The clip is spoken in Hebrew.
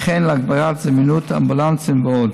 וכן להגברת זמינות אמבולנסים ועוד.